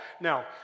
Now